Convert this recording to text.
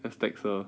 just text her